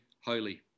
holy